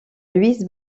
louise